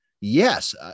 yes